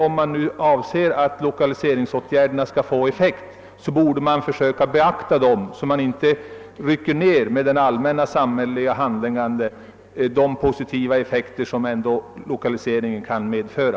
Om man avser att lokaliseringsåtgärderna skall ge effekt, borde man försöka att beakta detta och inte låta det allmänna samhälleliga handlandet förrycka de positiva effekter som lokaliseringen kan medföra.